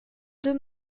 deux